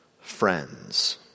friends